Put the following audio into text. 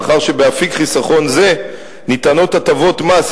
מאחר שבאפיק חיסכון זה ניתנות הטבות מס,